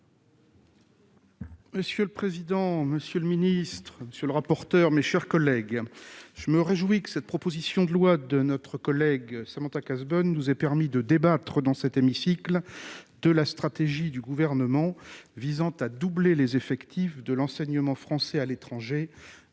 Monsieur le président, monsieur le ministre, monsieur le rapporteur, mes chers collègues, je me réjouis que cette proposition de loi de notre collègue, Samantha Cazebonne nous a permis de débattre dans cet hémicycle de la stratégie du gouvernement visant à doubler les effectifs de l'enseignement français à l'étranger